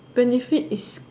benefit is